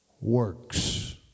Works